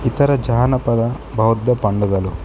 ఇతర జానపద బౌద్ద పండుగలు